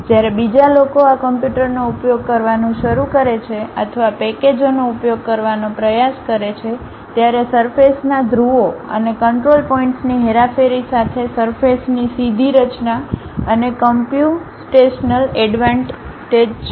જ્યારે બીજા લોકો આ કમ્પ્યુટરનો ઉપયોગ કરવાનું શરૂ કરે છે અથવા પેકેજોનો ઉપયોગ કરવાનો પ્રયાસ કરે છે ત્યારે સરફેસ ના ધ્રુવો અને કંટ્રોલ પોઇન્ટ્સની હેરાફેરી સાથે સરફેસ ની સીધી રચના અને કમ્પ્યુસ્ટેશનલ એડવાન્ટેજ છે